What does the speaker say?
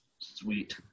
Sweet